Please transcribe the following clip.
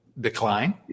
decline